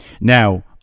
Now